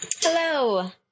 Hello